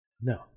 No